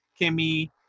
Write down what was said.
Kimmy